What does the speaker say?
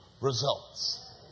results